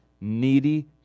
needy